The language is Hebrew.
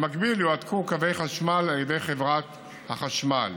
במקביל יועתקו קווי חשמל על ידי חברת החשמל.